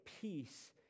peace